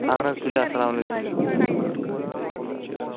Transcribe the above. اَہن حظ تُلِو اَلسلام علیکُم